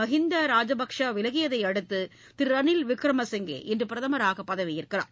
மகிந்தா ராஜபக்சே விலகியதை அடுத்து திரு ரனில் விக்ரமசிங்கே இன்று பிரதமராக பதவியேற்கிறார்